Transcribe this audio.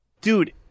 Dude